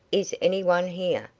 is any one here?